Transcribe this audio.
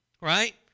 right